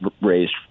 raised